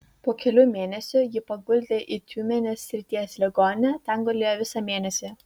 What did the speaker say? po kelių mėnesių jį paguldė į tiumenės srities ligoninę ten gulėjo visą mėnesį